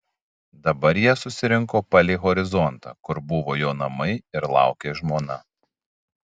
dabar jie susirinko palei horizontą kur buvo jo namai ir laukė žmona